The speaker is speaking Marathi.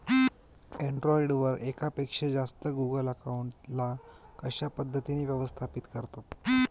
अँड्रॉइड वर एकापेक्षा जास्त गुगल अकाउंट ला कशा पद्धतीने व्यवस्थापित करता?